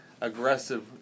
aggressive